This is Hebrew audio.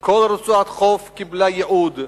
וכל רצועת חוף קיבלה ייעוד.